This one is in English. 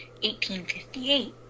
1858